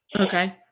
Okay